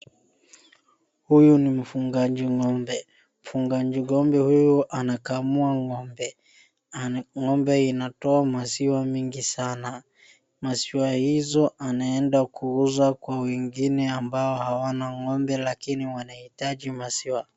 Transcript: Huyu ni mfungaji ng'ombe, mfungaji ng'ombe huyu anakamua ng'ombe, ana, ng'ombe inatoa maziwa mingi sana. Maziwa hizo anaenda kuuza kwa wengine ambao hawana ng'ombe lakini wanahitaji maziwa.